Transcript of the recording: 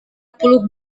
puluh